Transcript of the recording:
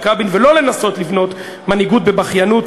רבין ולא לנסות לבנות מנהיגות בבכיינות,